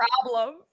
problem